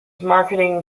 marketing